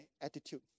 attitude